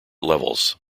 levels